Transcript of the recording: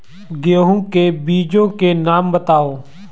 गेहूँ के बीजों के नाम बताओ?